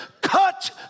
Cut